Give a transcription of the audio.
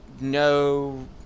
no